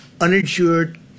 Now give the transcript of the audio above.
uninsured